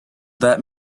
that